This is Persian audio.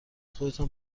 خودتان